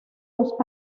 los